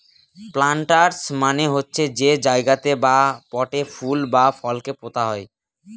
planters মানে হচ্ছে যে জায়গাতে বা পটে ফুল বা ফলকে পোতা হয়